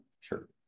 Sure